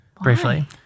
briefly